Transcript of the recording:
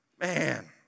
Man